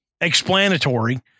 explanatory